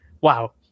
wow